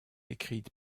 écrite